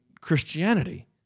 Christianity